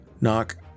Knock